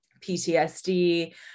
PTSD